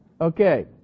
okay